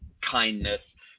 kindness